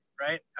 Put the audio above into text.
right